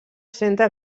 centre